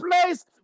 place